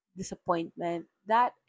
disappointment—that